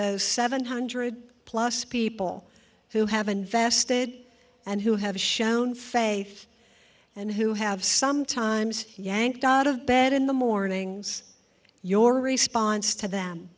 those seven hundred plus people who have invested and who have shown faith and who have sometimes yanked out of bed in the mornings your response to them